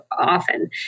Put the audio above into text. often